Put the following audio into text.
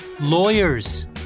Lawyers